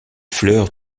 fleurs